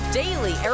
daily